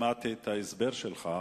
שמעתי את ההסבר שלך.